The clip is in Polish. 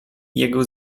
jego